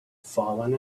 fallen